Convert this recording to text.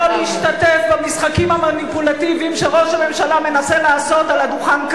ולא להשתתף במשחקים המניפולטיביים שראש הממשלה מנסה לעשות על הדוכן,